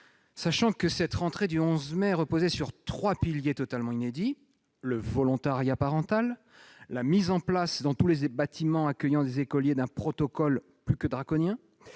sachant que la rentrée du 11 mai reposait sur trois piliers totalement inédits : le volontariat parental, la mise en place dans tous les bâtiments accueillant les écoliers d'un protocole plus que draconien